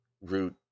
root